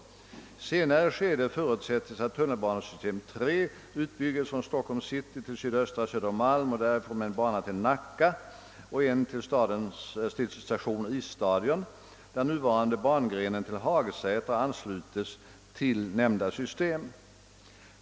I senare skede förutsättes att tunnelbanesystem 3 utbygges från Stockholms city till sydöstra Södermalm och därifrån med en bana till Nacka och en till station Isstadion, där nuvarande bangrenen till Hagsätra anslutes till nämnda system.